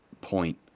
point